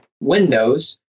Windows